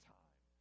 time